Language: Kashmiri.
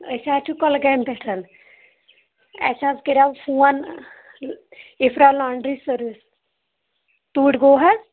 أسۍ حظ چھِ کۄلگامی پٮ۪ٹھٕ اَسہِ حظ کَریٛاو فون اَفرل لونٛڈری سٔروِس توٗرۍ گوٚو حظ